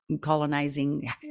colonizing